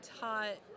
taught